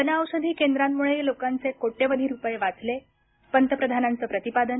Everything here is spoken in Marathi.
जनऔषधी केंद्रामुळे लोकांचे कोट्यवधी रुपये वाचले पंतप्रधानांचं प्रतिपादन